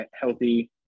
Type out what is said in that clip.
healthy